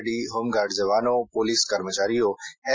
D home guard જવાનો પોલીસ કર્મચારીઓ એસ